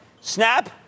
Snap